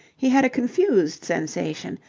he had a confused sensation,